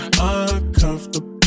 uncomfortable